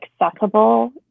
accessible